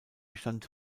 stand